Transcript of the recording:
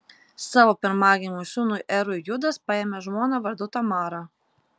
savo pirmagimiui sūnui erui judas paėmė žmoną vardu tamara